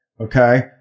Okay